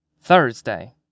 Thursday